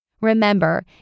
Remember